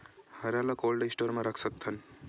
हरा ल cold store म रख सकथन?